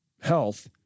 health